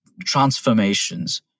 transformations